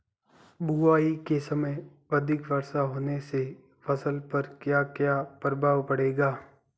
बुआई के समय अधिक वर्षा होने से फसल पर क्या क्या प्रभाव पड़ेगा?